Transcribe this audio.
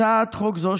הצעת חוק זו,